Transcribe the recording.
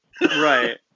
Right